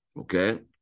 okay